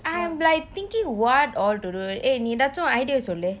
I'm like thinking what all to do eh நீ எதாவுது:nee edavuthu idea சொல்லு:sollu